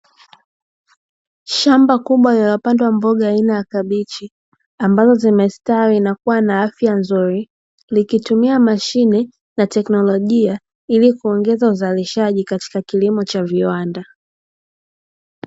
Shamba kubwa lililopandwa mboga aina ya kabichi ambazo zimestawi na kuwa na afya nzuri, likitumia mashine na teknolojia ili kuongeza uzalishaji katika kilimo cha viwanda.